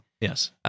yes